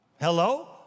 hello